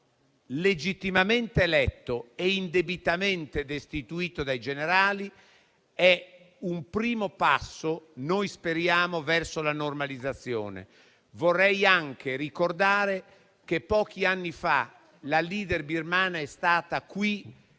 legittimamente eletto e indebitamente destituito dai generali, è un primo passo - noi speriamo - verso la normalizzazione. Vorrei anche ricordare che pochi anni fa la *leader* birmana è stata qui,